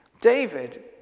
David